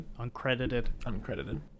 Uncredited